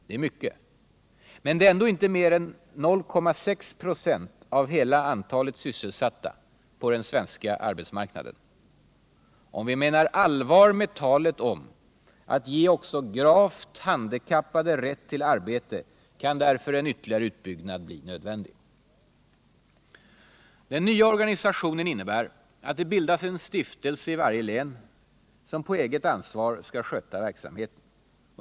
Det är mycket det, men det är inte mer än 0,6 926 av hela antalet sysselsatta på den svenska arbetsmarknaden. Om vi menar allvar med talet om att ge också gravt handikappade rätt till arbete kan därför en ytterligare utbyggnad bli nödvändig. Den nya organisationen innebär att det bildas en stiftelse i varje län som på eget ansvar skall sköta verksamheten.